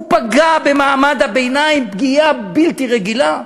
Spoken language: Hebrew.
הוא פגע במעמד הביניים פגיעה בלתי רגילה,